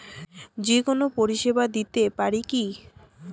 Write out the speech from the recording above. যে কোনো পরিষেবা দিতে পারি কি?